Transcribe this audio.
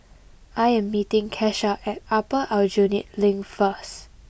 I am meeting Kesha at Upper Aljunied Link first